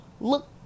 Look